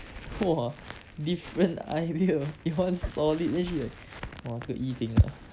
!wah! different idea it was solid then she like !wah! 这个 yi ting ah